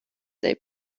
they